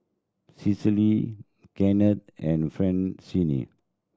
Cecile Kennth and Francine